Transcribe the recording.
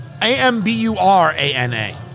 A-M-B-U-R-A-N-A